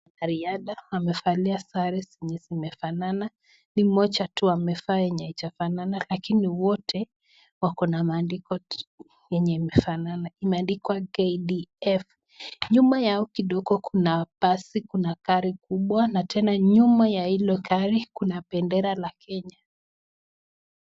Wanariadha wamevalia sare zenye zimefanana. Ni mmoja tu amefaa yenye haijafanana lakini wote wako na maandiko yenye imefanana. Imeandikwa KDF . Nyuma yao kidogo kuna basi, kuna gari kubwa, na tena nyuma ya hilo gari kuna bendera ya Kenya.